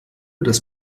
das